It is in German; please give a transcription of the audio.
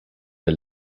der